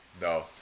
No